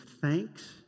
thanks